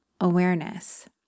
awareness